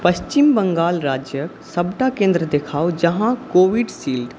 पच्छिम बङ्गाल राज्यके सबटा केन्द्र देखाउ जहाँ कोविशील्ड